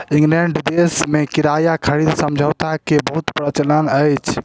England देश में किराया खरीद समझौता के बहुत प्रचलन अछि